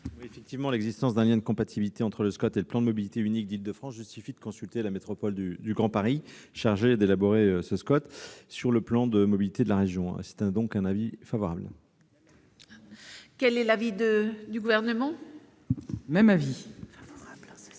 commission ? L'exigence de compatibilité entre le SCOT et le plan de mobilité unique d'Île-de-France justifie que l'on consulte la métropole du Grand Paris, chargée d'élaborer le SCOT, sur le plan de mobilité de la région. L'avis est favorable. Quel est l'avis du Gouvernement ? Même avis.